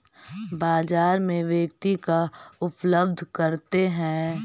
बाजार में व्यक्ति का उपलब्ध करते हैं?